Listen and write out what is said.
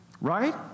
right